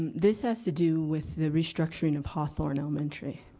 this has to do with the restructuring of hawthorne elementary.